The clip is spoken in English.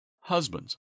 Husbands